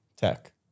Tech